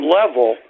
level